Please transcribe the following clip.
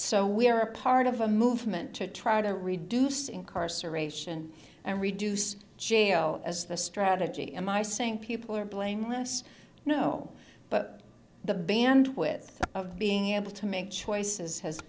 so we are a part of a movement to try to reduce incarceration and reduce jail as the strategy in my saying people are blameless no but the band with of being able to make choices has